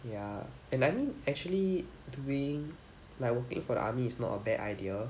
ya and I mean actually doing like working for the army is not a bad idea